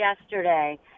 yesterday